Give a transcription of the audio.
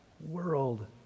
world